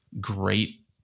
great